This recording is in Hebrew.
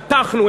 חתכנו,